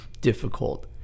difficult